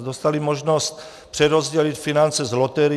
Dostali možnost přerozdělit finance z loterií.